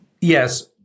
Yes